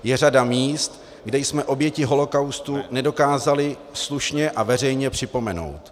Je řada míst, kde jsme oběti holokaustu nedokázali slušně a veřejně připomenout.